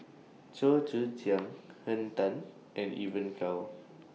Chua Joon Siang Henn Tan and Evon Kow